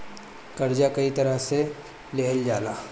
कर्जा कई तरह से लेहल जाला